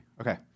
Okay